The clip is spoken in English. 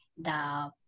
the-